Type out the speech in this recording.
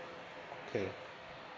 okay